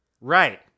Right